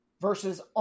Versus